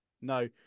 no